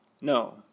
No